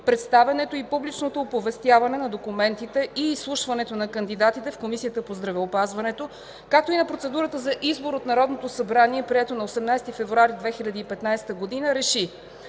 представянето и публичното оповестяване на документите и изслушването на кандидатите в Комисията по здравеопазването, както и на процедурата за избор от Народното събрание, прието на 18 февруари 2015 г.,